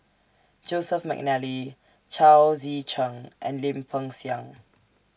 Joseph Mcnally Chao Tzee Cheng and Lim Peng Siang